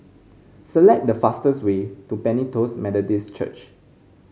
select the fastest way to Pentecost Methodist Church